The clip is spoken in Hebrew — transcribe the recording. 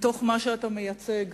מתוך מה שאתה מייצג.